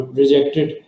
rejected